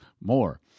more